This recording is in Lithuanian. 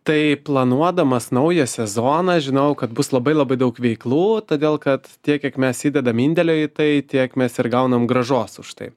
tai planuodamas naują sezoną žinojau kad bus labai labai daug veiklų todėl kad tiek kiek mes įdedam indėlio į tai tiek mes ir gaunam grąžos už tai